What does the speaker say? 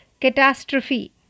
catastrophe